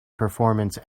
performance